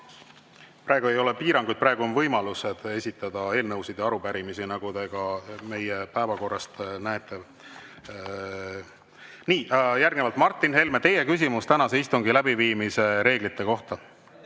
Praegu ei ole piiranguid, praegu on võimalus esitada eelnõusid ja arupärimisi, nagu te ka meie päevakorrast näete. Järgnevalt, Martin Helme, teie küsimus tänase istungi läbiviimise reeglite kohta.